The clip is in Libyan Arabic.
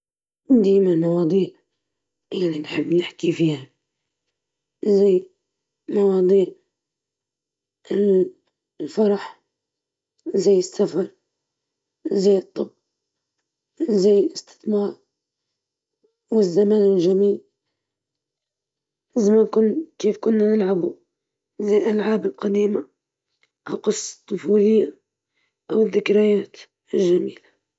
أحب التحدث عن السفر والتجارب الثقافية الجديدة، الكتب اللي قرأتها، والهوايات، هذه الموضوعات بتخلي الحديث ممتع ومليء بالتجارب الشخصية.